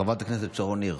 חברת הכנסת שרון ניר.